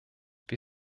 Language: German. wir